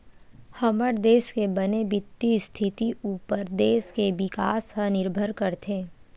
हमर देस के बने बित्तीय इस्थिति उप्पर देस के बिकास ह निरभर करथे